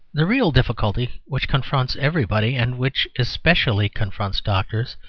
the real difficulty which confronts everybody, and which especially confronts doctors,